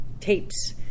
tapes